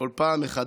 בכל פעם מחדש.